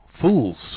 Fools